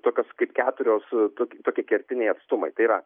tokios kaip keturios tokie kertiniai atstumai tai yra